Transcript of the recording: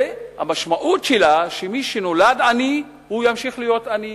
שהמשמעות שלה שמי שנולד עני, ימשיך להיות עני,